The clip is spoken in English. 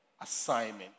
assignment